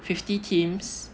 fifty teams